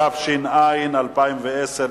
התש"ע 2010,